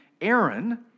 Aaron